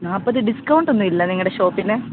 നാൽപ്പത് ഡിസ്കൌണ്ട് ഒന്നുമില്ല നിങ്ങളുടെ ഷോപ്പിന്